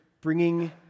bringing